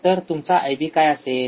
तर तुमचा आयबी काय असेल